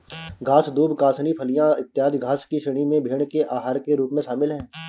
घास, दूब, कासनी, फलियाँ, इत्यादि घास की श्रेणी में भेंड़ के आहार के रूप में शामिल है